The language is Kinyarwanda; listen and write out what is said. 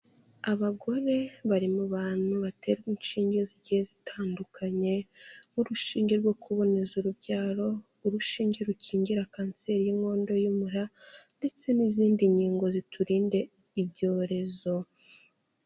Abagore bari mu bantu baterwa inshinge zigiye zitandukanye, nk'urushinge rwo kuboneza urubyaro, urushinge rukingira kanseri y'inkondo y'umura ndetse n'izindi nkingo ziturinde ibyorezo.